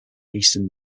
eastern